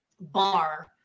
bar